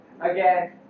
Again